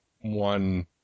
one